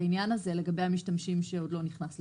זה כבר נכנס לתוקף,